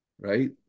Right